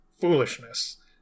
Foolishness